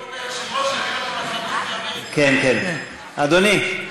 כבוד היושב-ראש, כן כן, אדוני.